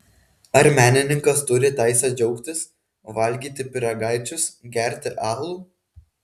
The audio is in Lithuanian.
ar menininkas turi teisę džiaugtis valgyti pyragaičius gerti alų